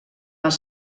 els